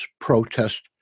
protest